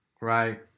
Right